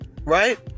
right